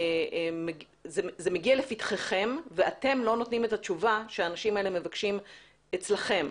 זה מגיע לפתחכם ואתם לא נותנים את התשובה שהאנשים האלה מבקשים אצלכם,